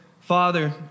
Father